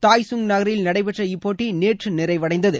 Taichung நகரில் நடைபெற்ற இப்போட்டி நேற்று நிறைவடைந்தது